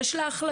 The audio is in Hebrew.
יש לה החלטות,